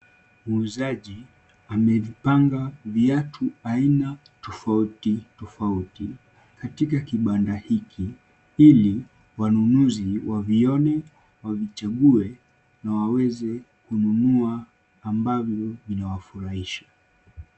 Muuzaji amepanga viatu aina tofauti tofauti katika kibanda hiki, ili wanunuzi wavione, wavichague na waweze kununua ambavyo vinawafurahisha.